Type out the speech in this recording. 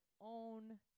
own